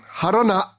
harana